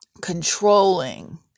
controlling